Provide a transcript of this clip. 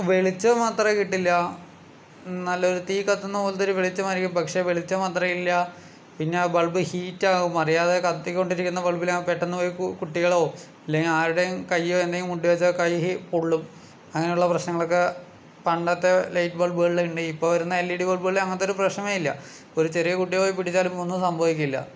വെളിച്ചം മാത്രം കിട്ടില്ല നല്ലൊരു തീ കത്തുന്ന പോലത്തൊരു വെളിച്ചമായിരിക്കും പക്ഷെ വെളിച്ചം മാത്രം ഇല്ല പിന്നെ ബൾബ് ഹീറ്റാകും അറിയാതെ കത്തിക്കൊണ്ടിരിക്കുന്ന ബൾബിൽ പെട്ടെന്ന് പോയി കുട്ടികളോ ഇല്ലെങ്കിൽ ആരുടെയും കയ്യോ എന്തെങ്കിലും മുട്ടിയേച്ചാൽ കൈ പൊള്ളും അങ്ങനെയുള്ള പ്രശ്നങ്ങളൊക്കെ പണ്ടത്തെ ലൈറ്റ് ബൾബ്കളിലുണ്ട് ഇപ്പോൾ വരുന്ന എൽ ഇ ഡി ബൾബ്കളിൽ അങ്ങനത്തെ പ്രശ്നമേ ഇല്ല ഒരു ചെറിയ കുട്ടി പോയി പിടിച്ചാലും ഒന്നും സംഭവിക്കില്ല